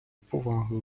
повагою